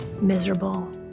miserable